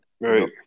Right